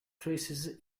traces